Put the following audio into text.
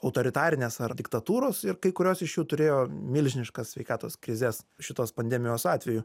autoritarinės diktatūros ir kai kurios iš jų turėjo milžiniškas sveikatos krizes šitos pandemijos atveju